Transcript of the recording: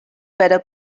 better